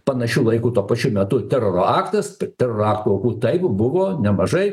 panašiu laiku tuo pačiu metu teroro aktas teroro akto aukų taip buvo nemažai